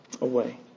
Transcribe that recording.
away